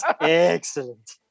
Excellent